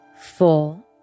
four